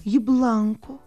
ji blanko